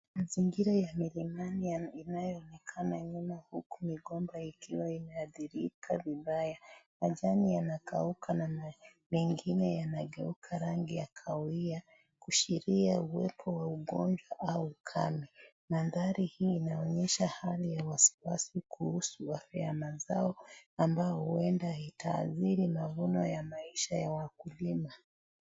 Mazingira ya milimani inayo, yanayo onekana nyuma huku migomba ikiwa imeathirika vibaya, majani yanakauka na mengine yamegeuka rangi ya kahawia, kuashiria uwepo wa ugonjwa au ukame, manthari hii inaonyesha hali ya wasi wasi kuhusu afya ya mazao, ambayo huenda itaathiri mavuno ya maisha ya wakulima.